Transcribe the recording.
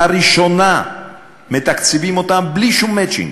לראשונה מתקצבים אותם בלי שום מצ'ינג.